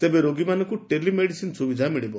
ତେବେ ରୋଗୀମାନଙ୍କୁ ଟେଲିମେଡ଼ିସିନ୍ ସୁବିଧା ମିଳିବ